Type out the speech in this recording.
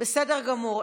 בסדר גמור,